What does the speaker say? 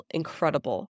incredible